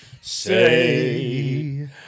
say